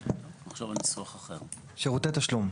"שירותי תשלום"